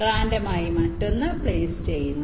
റാൻഡമായി മറ്റൊന്ന് പ്ലെയ്സ് ചെയ്യുന്നു